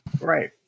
Right